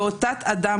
בעוד תת-אדם,